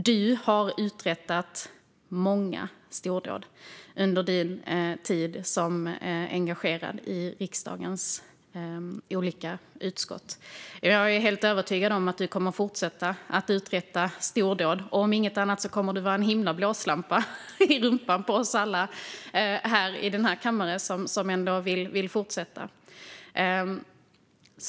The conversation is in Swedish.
Du, Barbro Westerholm, har uträttat många stordåd under din tid som engagerad i riksdagens olika utskott. Jag är helt övertygad om att du kommer att fortsätta att uträtta stordåd. Om inte annat kommer du att vara en blåslampa i rumpan på oss alla här i kammaren som vill fortsätta.